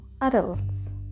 adults